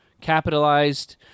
capitalized